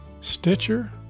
Stitcher